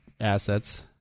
assets